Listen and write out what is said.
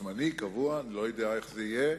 זמני, קבוע, אני לא יודע איך זה יהיה.